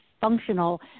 functional